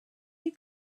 you